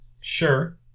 Sure